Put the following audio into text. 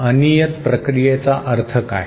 अनियत प्रक्रियेचा अर्थ काय